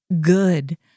good